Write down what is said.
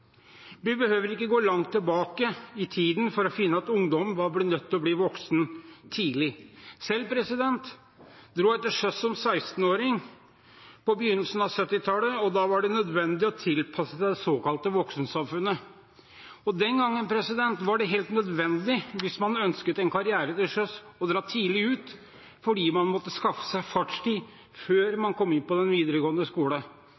Vi behøver ikke gå langt tilbake i tid for å finne at ungdom var nødt til å bli tidlig voksne. Selv dro jeg til sjøs som 16-åring på begynnelsen av 1970-tallet, og da var det nødvendig å tilpasse seg det såkalte voksensamfunnet. Den gang var det helt nødvendig – hvis man ønsket en karriere til sjøs – å dra tidlig ut fordi man måtte skaffe seg fartstid før man kom inn på videregående skole.